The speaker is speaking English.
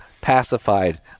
pacified